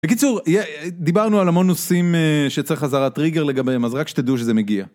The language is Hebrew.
בקיצור, דיברנו על המון נושאים שצריך חזרת טריגר לגביהם, אז רק שתדעו שזה מגיע.